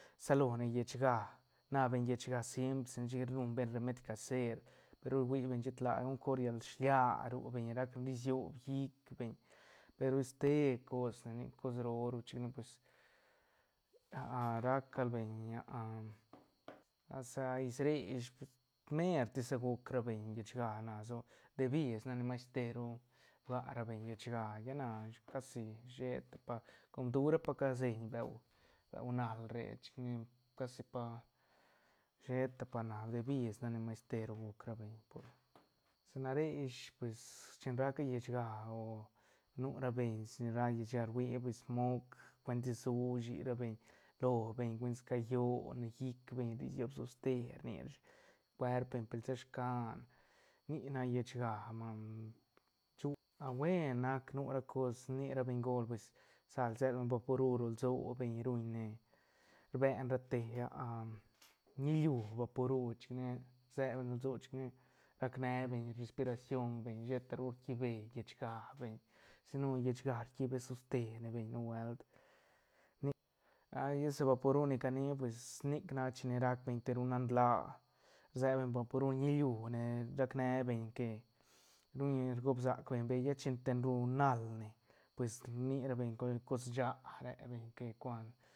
rsalone llechga na beñ llechga simplisi ne chic ruñ beñ remeid caser pe ru rui beñ shet ladi di ne gol cor yal shilia ru beñ rac risio beñ llic beñ pe ru ste cos ne nic cos roo ru chic ne pues rac gal beñ sa is re ish pues mertis sa guc ra beñ llechga na so bdebis nac ni mas te ru bga ra beñ llechga ya na casi sheta pa com dura pa ca seiñ beu- beu nal re chic ne casi pa sheta pa nal bdebis nac ni mas te ru guc ra beñ por sa na re ish pues chin ra ca llechga o nura beñ chin rac llechga ruia pues moc cuentis su SHI ra beñ lo beñ cuetis ca llon beñ llic beñ ri siob toste rni rashi scuerp beñ pel ni sa scan nic nac llechga man chu a buen nac nur ra cos rni ra bengol pues sal sel beñ vaporu lso beñ ruñne rbene ra te niliú vapuru chic ne rse bane ro lso chic ne rac ne beñ respiración beñ sheta ru rquibee llechga beñ si no llechga rquibee toste ne beñ nubuelt nic ai ese vaporu ni cania nic nac chin rac beñ te rú nal laa rsel beñ vaporu niliú ne rac ne beñ que ruñ rgoob sac beñ bee lla chin ten rú nal ne pues rni ra beñ con- con shaá re beñ que cuan.